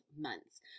months